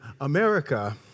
America